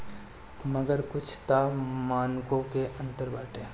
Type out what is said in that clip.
मगर कुछ तअ मानको मे अंतर बाटे